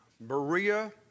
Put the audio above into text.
Berea